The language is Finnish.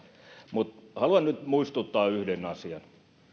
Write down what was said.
mutta haluan nyt muistuttaa yhden asian